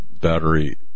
battery